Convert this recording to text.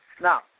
Now